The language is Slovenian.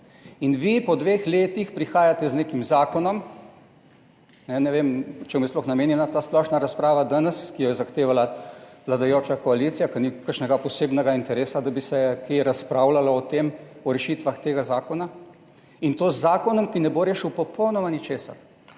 Vi po dveh letih prihajate z nekim zakonom, ne vem, čemu je sploh namenjena danes ta splošna razprava, ki jo je zahtevala vladajoča koalicija, ker ni kakšnega posebnega interesa, da bi se kaj razpravljalo o tem, o rešitvah tega zakona, in to z zakonom, ki ne bo rešil popolnoma ničesar.